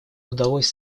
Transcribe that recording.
удалось